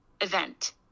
event